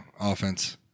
offense